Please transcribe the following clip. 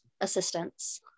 assistance